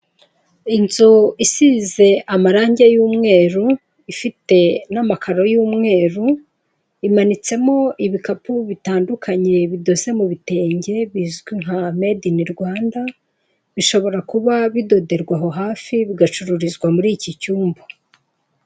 Inzu isize amarangi y'umweru, ifite n'amakaro y'umweru, imanitsemo ibikapu bitandukanye bidoze mu bitenge bizwi nka made in Rwanda, bishobora kuba bidoderwa aho hafi bigacururizwa muri iki cyumba.